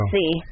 see